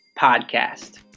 Podcast